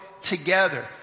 together